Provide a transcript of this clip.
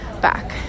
back